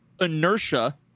inertia